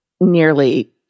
nearly